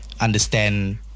Understand